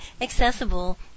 accessible